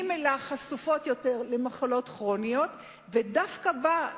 וממילא חשופות יותר למחלות כרוניות, ודווקא בה,